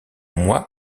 moi